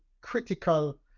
critical